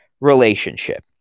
relationship